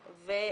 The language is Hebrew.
בחוץ.